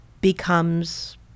becomes